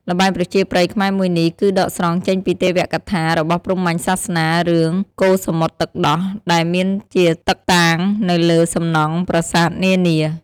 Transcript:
ល្បែងប្រជាប្រិយខ្មែរមួយនេះ គឺដកស្រង់ចេញពីទេវកថារបស់ព្រហ្មញ្ញសាសនា រឿង កូរសមុទ្រទឹកដោះ ដែលមានជាតឹកតាង នៅលើសំណង់ប្រាសាទនានា។